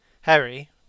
Harry